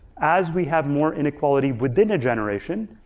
as we have more inequality within a generation,